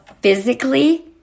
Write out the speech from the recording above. physically